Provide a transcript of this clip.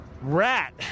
Rat